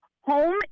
Home